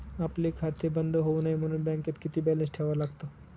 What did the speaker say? आपले खाते बंद होऊ नये म्हणून बँकेत किती बॅलन्स ठेवावा लागतो?